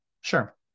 Sure